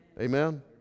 Amen